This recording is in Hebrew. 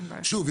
שוב,